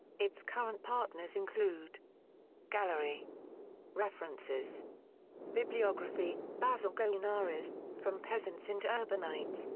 its current partners include gallery references bibliography basil gounaris, from peasants into urbanites,